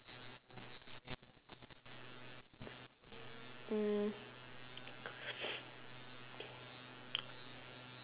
mm